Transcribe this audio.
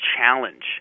challenge